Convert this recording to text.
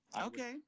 Okay